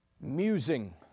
Musing